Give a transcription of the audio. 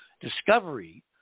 discovery